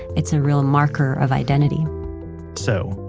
it's a real marker of identity so,